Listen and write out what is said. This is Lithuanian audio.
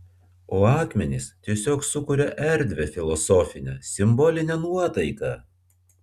o akmenys tiesiog sukuria erdvią filosofinę simbolinę nuotaiką